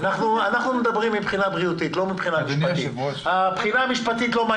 אנחנו מדברים מבחינה בריאותית, לא מבחינה משפטית.